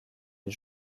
les